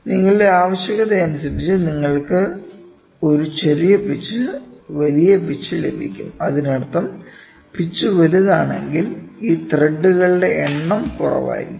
നിങ്ങളുടെ ആവശ്യകതയനുസരിച്ച് നിങ്ങൾക്ക് ഒരു ചെറിയ പിച്ച് വലിയ പിച്ച് ലഭിക്കും അതിനർത്ഥം പിച്ച് വലുതാണെങ്കിൽ ആ ത്രെഡുകളുടെ എണ്ണം കുറവായിരിക്കും